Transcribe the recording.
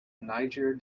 niger